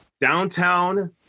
downtown